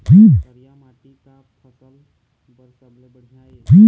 करिया माटी का फसल बर सबले बढ़िया ये?